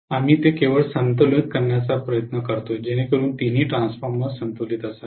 आम्ही ते केवळ संतुलित करण्याचा प्रयत्न करू जेणेकरुन तिन्ही ट्रान्सफॉर्मर्स संतुलित असावेत